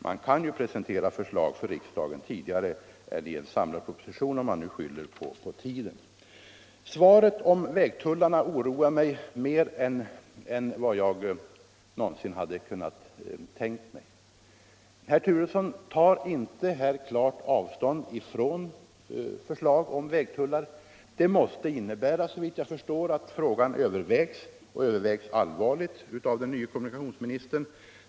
Man kan ju presentera förslag för riksdagen tidigare än i en samlad proposition, om man nu skyller på tiden. Svaret om vägtullarna oroar mig mer än vad jag någonsin kunnat tänka mig. Herr Turesson tar inte här klart avstånd från förslag om vägtullar. Det måste innebära, såvitt jag förstår, att frågan övervägs — och övervägs allvarligt — av den nye kommunikationsministern.